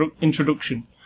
introduction